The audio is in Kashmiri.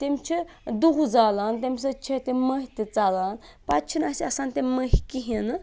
تِم چھِ دُہ زالان تَمہِ سۭتۍ چھِ تِم مٔہے تہِ ژَلان پَتہٕ چھِنہٕ اَسہِ آسان تِم مٔہۍ کِہینۍ نہٕ